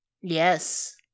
Yes